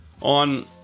On